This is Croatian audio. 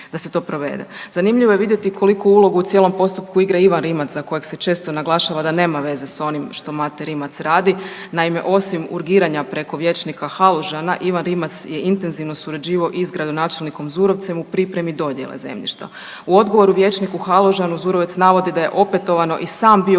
da se to provede. Zanimljivo je vidjeti koliku ulogu u cijelom postupku igra Ivan Rimac, za kojeg se često naglašava da nema veze s onim što Mate Rimac radi. Naime, osim urgiranja preko vijećnika Halužana, Ivan Rimac je intenzivno surađivao i s gradonačelnikom Zurovcem u pripremi dodijele zemljišta. U odgovoru vijećniku Halužanu Zurovec navodi da je opetovano i sam bio